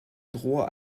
droit